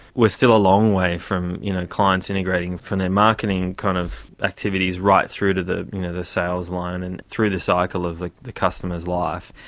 we are still a long way from you know clients integrating from their marketing kind of activities right through to the you know the sales line and through the cycle of the the customer's life.